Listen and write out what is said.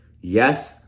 Yes